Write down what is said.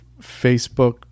Facebook